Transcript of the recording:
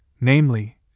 namely